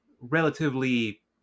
relatively